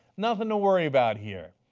nothing to worry about here.